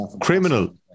criminal